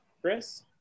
Chris